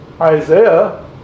Isaiah